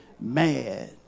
Mad